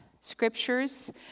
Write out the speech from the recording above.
scriptures